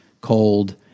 cold